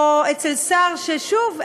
או אצל שר שהוא בעצמו,